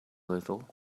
little